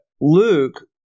Luke